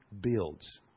builds